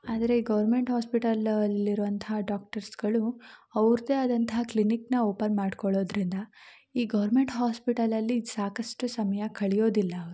ಆದರೆ ಈ ಗೌರ್ಮೆಂಟ್ ಹಾಸ್ಪಿಟಲಲ್ಲಿರುವಂಥ ಡಾಕ್ಟರ್ಸ್ಗಳು ಅವ್ರದ್ದೆ ಆದಂತಹ ಕ್ಲಿನಿಕನ್ನು ಓಪನ್ ಮಾಡ್ಕೊಳ್ಳೋದ್ರಿಂದ ಈ ಗೌರ್ಮೆಂಟ್ ಹಾಸ್ಪಿಟಲಲ್ಲಿ ಸಾಕಷ್ಟು ಸಮಯ ಕಳೆಯೋದಿಲ್ಲ